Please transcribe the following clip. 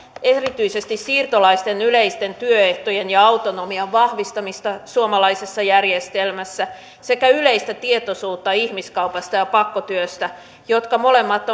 erityisesti siirtolaisten yleisten työehtojen ja autonomian vahvistamista suomalaisessa järjestelmässä sekä yleistä tietoisuutta ihmiskaupasta ja pakkotyöstä jotka molemmat